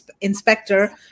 inspector